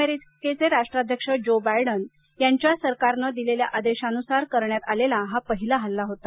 अमेरिकेचे राष्ट्राध्यक्ष Joe Biden यांच्या सरकारनं दिलेल्या आदेशानुसार करण्यात आलेला हा पहिला हल्ला होता